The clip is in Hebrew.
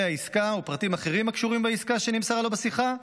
העסקה ופרטים אחרים הקשורים בעסקה שנמסרה לו בשיחה,